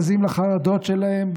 בזים לחרדות שלהם,